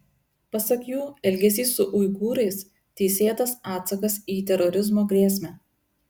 pasak jų elgesys su uigūrais teisėtas atsakas į terorizmo grėsmę